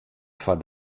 foar